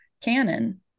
canon